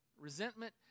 Resentment